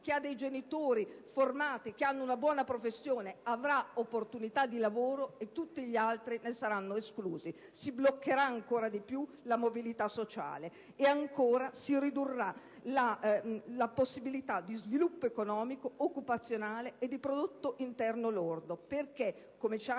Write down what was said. chi ha dei genitori formati e che hanno una buona professione avrà un'opportunità di lavoro, mentre tutti gli altri saranno esclusi: si bloccherà ancora di più la mobilità sociale. Si ridurrà la possibilità di sviluppo economico, occupazionale e di prodotto interno lordo perché, come ci hanno